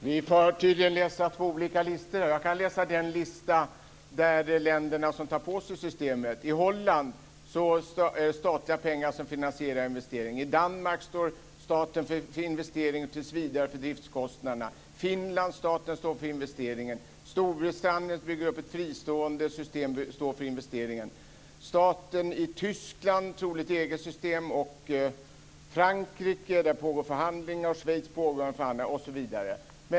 Herr talman! Vi har tydligen läst två olika listor. Jag kan läsa en lista över de länder som tar på sig att bekosta systemet. I Holland är det statliga pengar som finansierar investeringen. I Danmark står staten tills vidare för investeringen och för driftskostnaderna. I Finland står staten för investeringen. Storbritannien bygger upp ett fristående system och står för investeringen. Staten i Tyskland kommer troligen att finansiera ett eget system. I Frankrike pågår förhandlingar. I Schweiz pågår förhandlingar, osv.